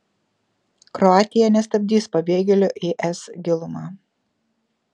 kroatija nestabdys pabėgėlių į es gilumą